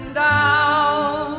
down